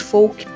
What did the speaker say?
Folk